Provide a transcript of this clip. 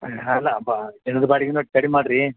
ಅಲ್ಲಾ ಬಾ ಇನ್ನೊಂದು ಬಾಡಿಗೇನು ಕಡಿಮೆ ಮಾಡ್ರಿ